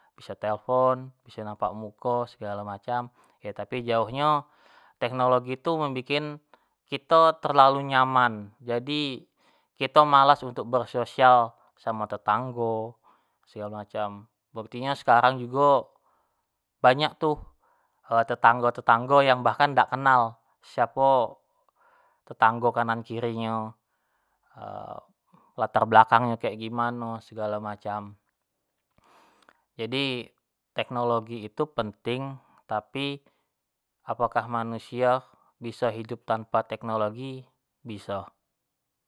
Biso telpon, biso nampak muko segalo macam, tapi yo jauh nyo, teknologi tu membikin kito terlalu nyaman, jadi kito malas untuk bersosial samo tetanggo segalo macam, sepertinyo sekarang jugo banyak tuh tetanggo-tetanggo yang bhakan dak kenal siapo tetanggo kanan kiri nyo, latar belakang kek gimano segalo macam, jadi teknologi itu penting, tapi apakah manusio biso hidup tanpa teknologi, biso.